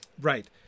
right